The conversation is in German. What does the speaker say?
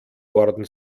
worden